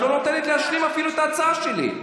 את לא נותנת אפילו להשלים את ההצעה שלי.